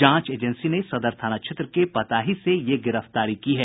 जांच एजेंसी ने सदर थाना क्षेत्र के पताही से ये गिरफ्तारी की है